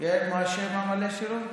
מטעם ש"ס,